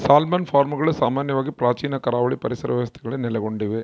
salmon ಫಾರ್ಮ್ಗಳು ಸಾಮಾನ್ಯವಾಗಿ ಪ್ರಾಚೀನ ಕರಾವಳಿ ಪರಿಸರ ವ್ಯವಸ್ಥೆಗಳಲ್ಲಿ ನೆಲೆಗೊಂಡಿವೆ